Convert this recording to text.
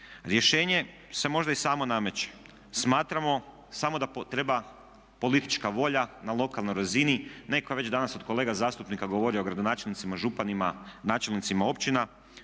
Rješenje se možda i samo nameće. Smatramo samo da treba politička volja na lokalnoj razini. Netko je već danas od kolega zastupnika govorio o gradonačelnicima, županima, načelnicima općina